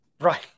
Right